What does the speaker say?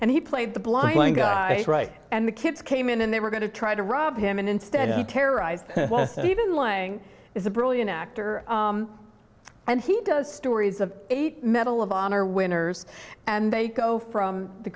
and he played the blind right and the kids came in and they were going to try to rob him and instead he terrorized even lang is a brilliant actor and he does stories of eight medal of honor winners and they go from the